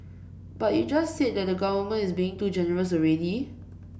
but you just said that the government is being too generous already